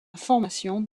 formation